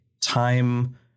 time